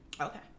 Okay